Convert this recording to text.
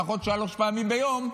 לפחות שלוש פעמים ביום,